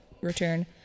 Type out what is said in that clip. return